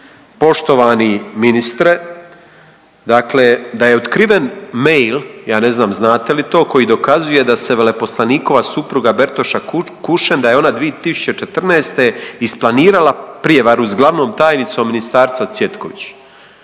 poštovani ministre, dakle da je otkriven mail ja ne znam znate li to koji dokazuje da se veleposlanikova supruga Bertoša Kušen da je ona 2014. isplanirala prijevaru s glavnom tajnicom ministarstva Cvjetković.